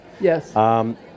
Yes